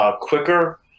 quicker